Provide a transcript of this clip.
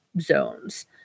zones